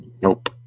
Nope